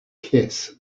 kiss